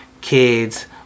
kids